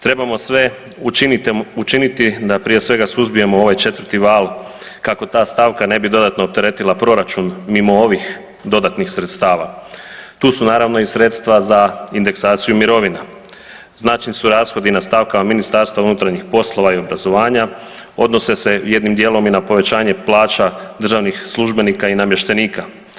Trebamo sve učiniti da prije svega suzbijemo ovaj 4. val kako ta stavka ne bi dodatno opteretila proračun mimo ovih dodatnih sredstava. tu su naravno i sredstva za indeksaciju mirovina, značajni su rashodi na stavkama Ministarstva unutarnjih poslova i obrazovanja, odnosno se jednim dijelom i na povećanje plaća državnih službenika i namještenika.